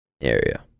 area